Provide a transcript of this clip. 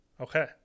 Okay